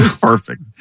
Perfect